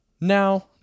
Now